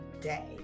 Day